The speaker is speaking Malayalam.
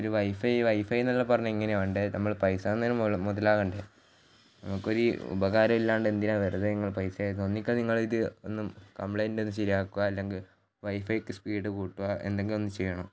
ഒരു വൈഫൈ വൈഫൈ എന്നെല്ലാം പറഞ്ഞാൽ ഇങ്ങനെയാണോ വേണ്ടത് നമ്മൾ പൈസ തന്നതെങ്കിലും മു മുതലാവേണ്ടേ നമുക്ക് ഒരു ഉപകാരം ഇല്ലാണ്ട് എന്തിനാണ് വെറുതെ നിങ്ങൾ പൈസ ഒക്കെ ഒന്നിക്കിൽ നിങ്ങൾ ഇത് ഒന്ന് കംപ്ലൈൻറ്റ് വന്ന് ശരിയാക്കുക അല്ലെങ്കിൽ വൈഫൈക്ക് സ്പീഡ് കൂട്ടുക എന്തെങ്കിലും ഒന്ന് ചെയ്യണം